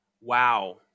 Wow